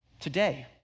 Today